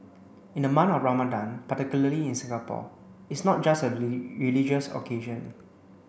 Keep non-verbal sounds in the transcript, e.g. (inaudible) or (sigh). in the month of Ramadan particularly in Singapore it's not just a (unintelligible) religious occasion